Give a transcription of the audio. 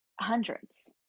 hundreds